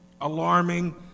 Alarming